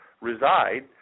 reside